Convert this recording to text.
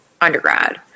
undergrad